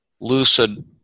lucid